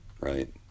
right